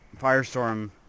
Firestorm